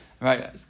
Right